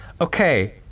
Okay